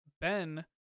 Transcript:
ben